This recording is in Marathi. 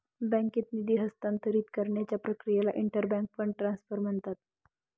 बँकेत निधी हस्तांतरित करण्याच्या प्रक्रियेला इंटर बँक फंड ट्रान्सफर म्हणतात